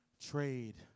trade